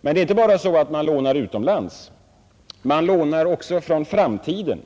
Men det är inte bara så att man lånar utomlands. Man lånar också från framtiden